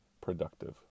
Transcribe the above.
productive